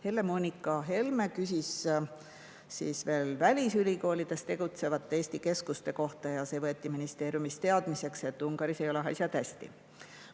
Helle-Moonika Helme küsis veel välisülikoolides tegutsevate Eesti keskuste kohta ja see võeti ministeeriumis teadmiseks, et Ungaris ei ole asjad hästi.